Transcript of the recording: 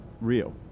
real